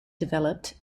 developed